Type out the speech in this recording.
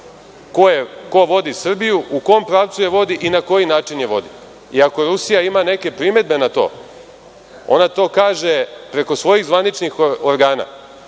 ko vodi Srbiju, u kom pravcu je vodi i na koji način je vodi, i ako Rusija ima neke primedbe na to, ona to kaže preko svojih zvaničnih organa.